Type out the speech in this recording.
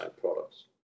products